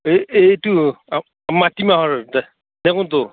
এই এইটো মাটিমাহৰ দে নে কোনটো